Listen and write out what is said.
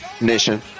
Nation